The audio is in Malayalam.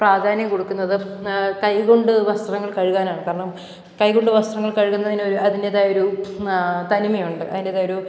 പ്രാധാന്യം കൊടുക്കുന്നത് കൈ കൊണ്ട് വസ്ത്രങ്ങൾ കഴുകാനാണ് കാരണം കൈ കൊണ്ട് വസ്ത്രങ്ങൾ കഴുകുന്നതിനൊരു അതിൻറ്റേതായൊരു തനിമയുണ്ട് അതിൻറ്റേതായൊരു